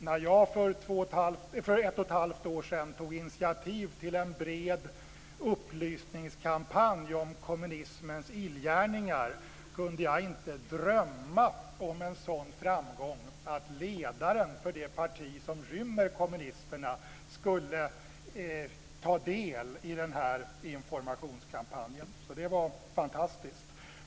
När jag för ett och ett halvt år sedan tog initiativ till en bred upplysningskampanj om kommunismens illgärningar kunde jag inte drömma om en sådan framgång, att ledaren för det parti som rymmer kommunisterna skulle ta del av denna informationskampanj. Det var fantastiskt.